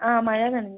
ആ മഴ നനഞ്ഞിരുന്നു